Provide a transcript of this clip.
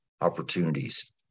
opportunities